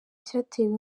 cyatewe